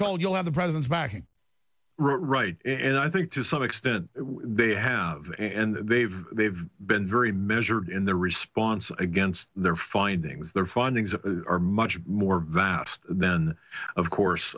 told you'll have the president's backing right and i think to some extent they have and they've they've been very measured in their response against their findings their findings are much more vast then of course